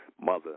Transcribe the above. mother